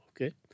okay